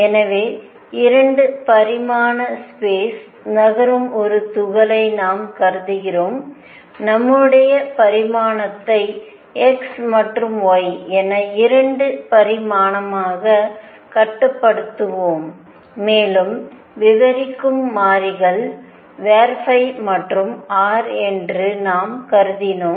எனவே 2 பரிமாண ஸ்பேஸில் நகரும் ஒரு துகளை நாம் கருதுகிறோம் நம்முடைய பரிமாணத்தை x மற்றும் y என 2 பரிமாணமாக கட்டுப்படுத்துவோம் மேலும் விவரிக்கும் மாறிகள் மற்றும் r என்று நாம் கருதினோம்